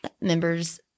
members